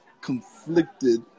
conflicted